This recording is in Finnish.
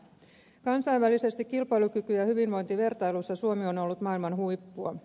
kansainvälisessä kilpailukyky ja hyvinvointivertailussa suomi on ollut maailman huippua